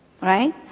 right